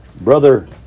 Brother